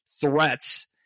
threats